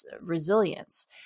resilience